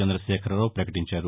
చంద్రశేఖరరావు పకటించారు